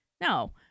No